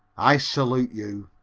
i salute you.